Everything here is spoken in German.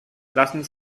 lassen